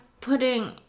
putting